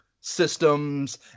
systems